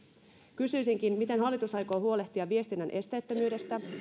kysyisinkin miten hallitus aikoo huolehtia viestinnän esteettömyydestä